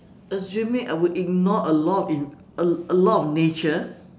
assuming I would ignore a law in a a law of nature